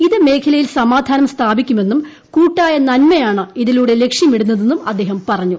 ഇത് മേഖലയിൽ സമാധാനം സ്ഥാപിക്കുമെന്നും കൂട്ടായ നന്മയാണ് ഇതിലൂടെ ലക്ഷ്യമിടുന്നതെന്നും അദ്ദേഹം പറഞ്ഞു